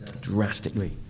drastically